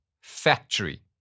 factory